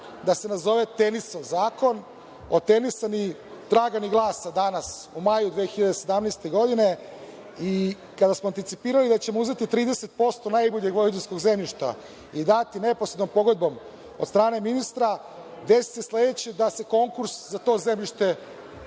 da se nazove Tenisov zakon. Od Tenisa ni traga ni glasa danas, u maju 2017. godine. Kada smo anticipirali da ćemo uzeti 30% najboljeg zemljišta i dati neposrednom pogodbom od strane ministra, desi se sledeće, da se konkurs za to zemljište